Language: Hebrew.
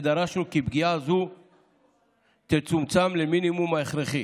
ודרשנו כי פגיעה זו תצומצם למינימום ההכרחי.